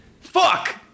Fuck